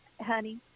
honey